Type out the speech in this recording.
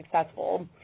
successful